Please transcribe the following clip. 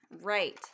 Right